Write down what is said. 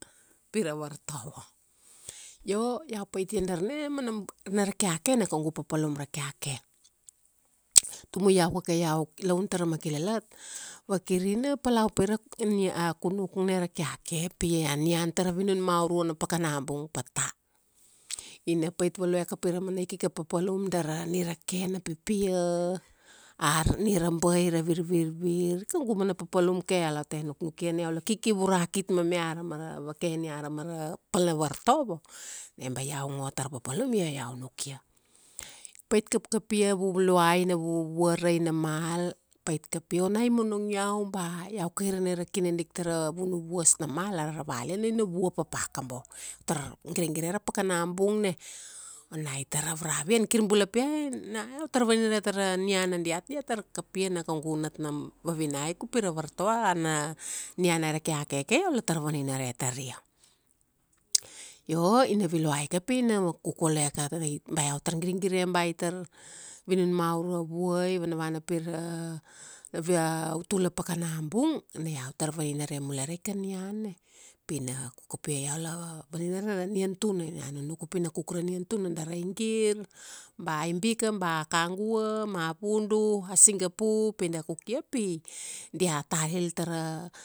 pira vartovo. Io, iau paitia darna, manab, na ra keake na kaugu papalum ra keake. Tumu iau kake iau laun tara makilalat, vakir ina palau upi ra nia, a kuknuk na ra keake. Pi a nian tara vinun maurua na pakana bung pata. Ina pait value kapi raman ikaka paplum dara, nireken na pipia, a nirabai ra virvirvir, kaugu mana papalum ke iau la te nuknukia na iau la kiki vurakit meme arama ra vaken ia arama ra, pal na vartovo, na ba iau ngo tara papalum io iau nukia. Pait kapkapia, ina viluai ina vuvuvuarai na mal, pait kapia ona i monong iau ba, iau kairene ra kinadik tara vunuvuas na mal ara ra valian, na ina vua papa kobo. Tar girgire ra pakana bung na. Ona itaer ravravian, kir bula pi, na iau tar vaninare tar ra niana tadiat na dia tar kapia na kaugu natna vavinaik upi ra vartovo ana, nian aira keake ke iau la tar vaninare taria. Io, ina viluai ka pi na kuk value ka rai, ba iau tar giregire ba i tar, vinun maurua vuai, vanavana pira autula pakana bung, na iau tar vaninare mule raika nian na. Pi ina kuk kapia. Iau la, vaninare ra nian tuna. Ina nunuk upi ina kuk ra nian tuna dari ra aigir, ba, aibika ba kagua ma vudu, a singapu pi da kukia pi, dia talil tara,